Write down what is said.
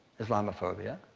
islamophobia.